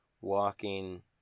walking